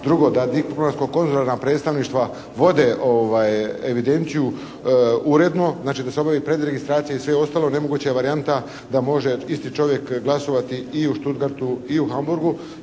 Drugo, da diplomatsko-konzularna predstavništva vode evidenciju uredno, znači da se obavi predregistracija i sve ostalo, nemoguća je varijanta da može isti čovjek glasovati i u Stuttgartu i u Hamburgu